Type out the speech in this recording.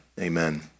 amen